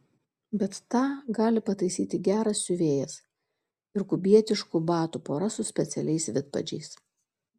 bet tą gali pataisyti geras siuvėjas ir kubietiškų batų pora su specialiais vidpadžiais